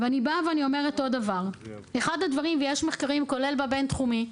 אני אומרת עוד דבר: יש מחקרים כולל במרכז הבין-תחומי,